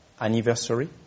anniversary